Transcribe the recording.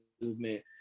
movement